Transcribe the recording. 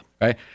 right